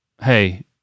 hey